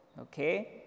okay